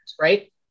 right